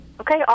Okay